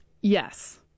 Yes